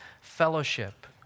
fellowship